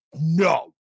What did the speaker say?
no